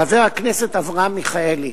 חבר הכנסת אברהם מיכאלי,